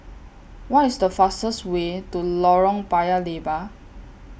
What IS The fastest Way to Lorong Paya Lebar